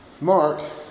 Mark